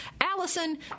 Allison